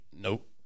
Nope